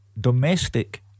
domestic